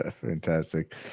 Fantastic